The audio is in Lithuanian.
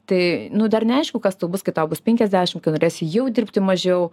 tai nu dar neaišku kas tu bus kai tau bus penkiasdešimt kai norėsi jau dirbti mažiau